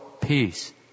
peace